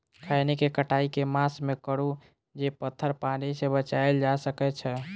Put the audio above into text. खैनी केँ कटाई केँ मास मे करू जे पथर पानि सँ बचाएल जा सकय अछि?